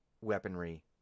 weaponry